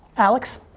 alex?